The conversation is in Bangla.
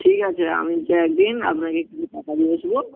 ঠিক আছে আমি যেয়ে একদিন আপনাকে টাকা দিয়ে আসবো